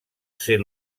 ser